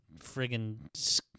friggin